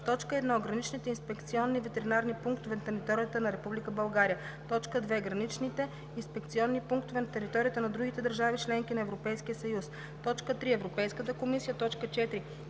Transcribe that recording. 1: 1. граничните инспекционни ветеринарни пунктове на територията на Република България; 2. граничните инспекционни пунктове на територията на другите държави – членки на Европейския съюз; 3. Европейската комисия; 4.